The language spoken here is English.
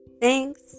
Thanks